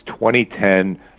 2010